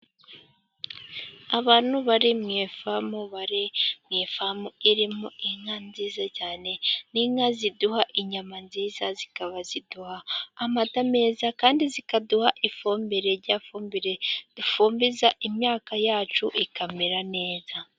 Abantu bari mu ifamu, bari mu ifamu irimo inka nziza cyane, ni inka ziduha inyama nziza, zikaba ziduha amata meza, kandi zikaduha ifumbire, ya fumbire dufumbiza imyaka yacu, ikamera neza.